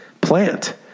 plant